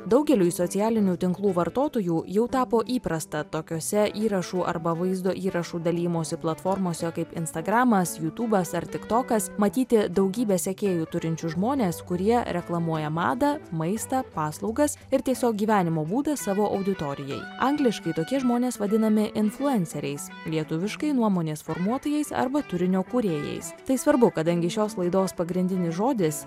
daugeliui socialinių tinklų vartotojų jau tapo įprasta tokiose įrašų arba vaizdo įrašų dalijimosi platformose kaip instagramas jutubas ar tiktokas matyti daugybę sekėjų turinčius žmones kurie reklamuoja madą maistą paslaugas ir tiesiog gyvenimo būdą savo auditorijai angliškai tokie žmonės vadinami influenceriais lietuviškai nuomonės formuotojais arba turinio kūrėjais tai svarbu kadangi šios laidos pagrindinis žodis